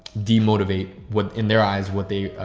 de motivate what in their eyes, what they, ah,